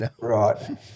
Right